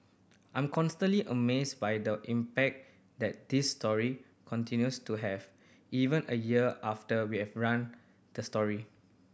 I'm constantly amazed by the impact that this story continues to have even a year after we have run the story